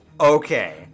Okay